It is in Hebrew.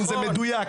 כן, זה מדויק.